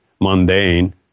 mundane